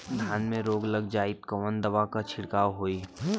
धान में रोग लग जाईत कवन दवा क छिड़काव होई?